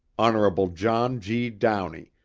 hon. john g. downey,